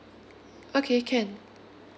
okay can